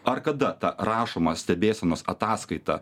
ar kada tą rašomą stebėsenos ataskaitą